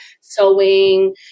sewing